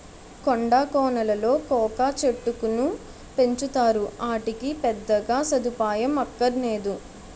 కొండా కోనలలో కోకా చెట్టుకును పెంచుతారు, ఆటికి పెద్దగా సదుపాయం అక్కరనేదు